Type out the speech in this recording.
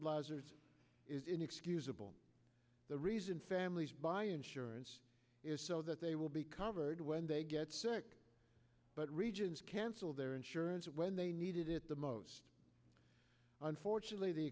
bludgers is inexcusable the reason families buy insurance is so that they will be covered when they get sick but regions cancel their insurance when they needed it the most unfortunately the